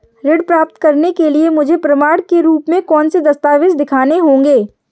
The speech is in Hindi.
ऋण प्राप्त करने के लिए मुझे प्रमाण के रूप में कौन से दस्तावेज़ दिखाने होंगे?